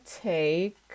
take